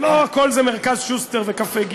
לא הכול זה מרכז שוסטר ו"קפה ג'".